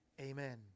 Amen